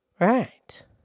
Right